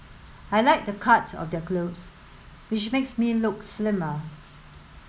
I like the cut of their clothes which makes me look slimmer